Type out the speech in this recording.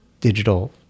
digital